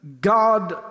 God